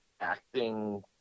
acting